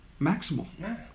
maximal